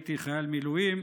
כשהייתי חייל מילואים,